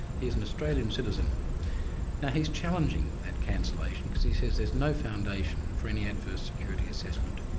he's an australian citizen. now he's challenging that cancellation because he says there's no foundation for any adverse security assessment.